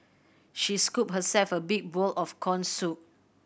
she scooped herself a big bowl of corn soup